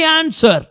answer